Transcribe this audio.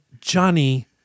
Johnny